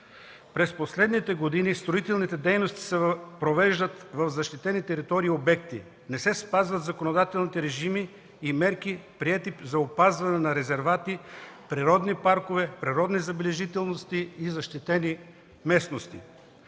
През последните години строителните дейности се провеждат в защитени територии и обекти. Не се спазват законодателните режими и мерки, приети за опазване на резервати, природни паркове, природни забележителности и защитени местности.